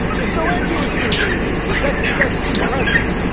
there's no end to his stupidity. that's that's the president.